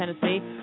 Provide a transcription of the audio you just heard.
Tennessee